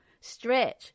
stretch